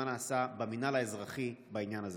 מה נעשה במינהל האזרחי בעניין הזה.